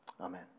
Amen